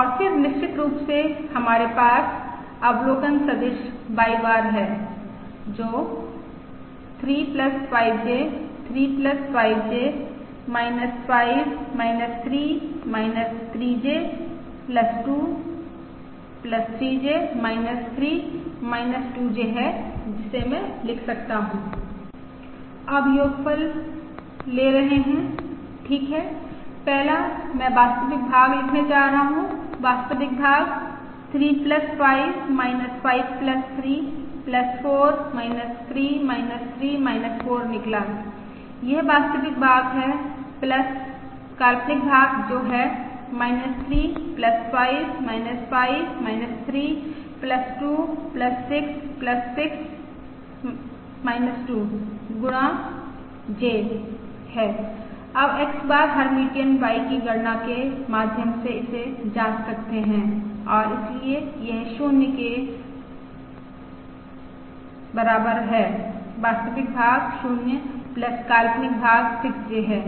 और फिर निश्चित रूप से हमारे पास अवलोकन सदिश Y बार है जो 3 5J 3 5J 5 3 3J 2 3J 3 2J है जिसे मैं लिख सकता हूँ अब योगफल ले रहे है ठीक है पहला मैं वास्तविक भाग लिखने जा रहा हूँ वास्तविक भाग 3 5 5 3 4 3 3 4 निकला यह वास्तविक भाग है काल्पनिक भाग जो है 3 5 5 3 2 6 6 2 गुणा J है आप X बार हर्मिटियन Y की गणना के माध्यम से इसे जांच सकते हैं और इसलिए यह 0 के बराबर है वास्तविक भाग 0 काल्पनिक भाग 6J है